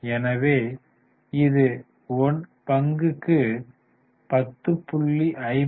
எனவே இது 1 பங்குக்கு 10